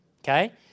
okay